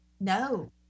No